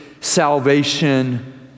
salvation